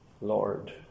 Lord